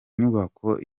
nyubako